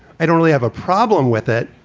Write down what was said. i don't really have a problem with it.